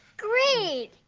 great!